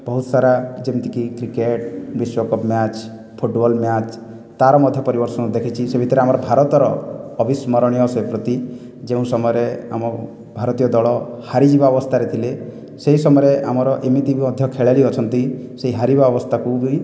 ବହୁତ ସାରା ଯେମିତିକି କ୍ରିକେଟ୍ ବିଶ୍ୱକପ ମ୍ୟାଚ୍ ଫୁଟବଲ ମ୍ୟାଚ୍ ତା ର ମଧ୍ୟ ପରିବେଷଣ ଦେଖିଛି ସେ ଭିତରେ ଆମର ଭାରତର ଅଭିସ୍ମରଣୀୟ ସେ ପ୍ରତି ଯେଉଁ ସମୟରେ ଆମ ଭାରତୀୟ ଦଳ ହାରିଯିବା ଅବସ୍ତାରେ ଥିଲେ ସେହି ସମୟରେ ଆମର ଏମିତି ବି ମଧ୍ୟ ଖେଳାଳି ଅଛନ୍ତି ସେହି ହାରିବା ଅବସ୍ତାକୁ ବି